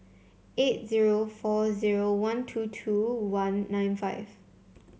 eight zero four zeroone two two one nine five